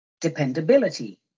dependability